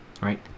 right